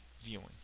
viewing